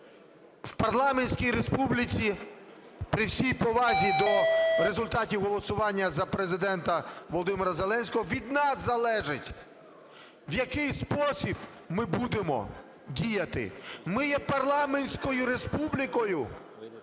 В парламентській республіці, при всій повазі до результатів голосування за Президента Володимира Зеленського, від нас залежить, в який спосіб ми будемо діяти. Ми є парламентською республікою,